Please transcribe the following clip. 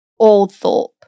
Aldthorpe